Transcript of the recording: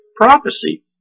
prophecy